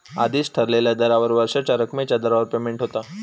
आधीच ठरलेल्या दरावर वर्षाच्या रकमेच्या दरावर पेमेंट होता